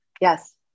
Yes